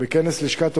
בכנס לשכת עורכי-הדין,